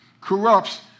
corrupts